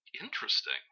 Interesting